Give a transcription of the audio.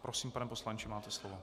Prosím, pane poslanče, máte slovo.